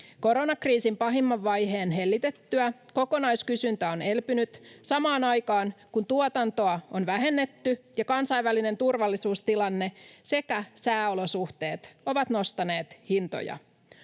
Koronakriisin pahimman vaiheen hellitettyä kokonaiskysyntä on elpynyt samaan aikaan, kun tuotantoa on vähennetty ja kansainvälinen turvallisuustilanne sekä sääolosuhteet ovat nostaneet hintoja.